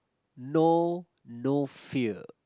know no fear